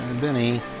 Benny